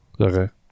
Okay